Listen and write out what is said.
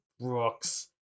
Brooks